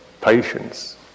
patience